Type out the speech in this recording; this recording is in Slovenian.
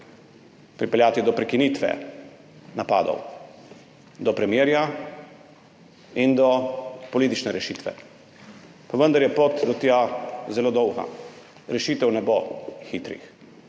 pripeljati do prekinitve napadov, do premirja in do politične rešitve. Pa vendar je pot do tja zelo dolga. Rešitev ne bo, hitrih